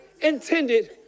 intended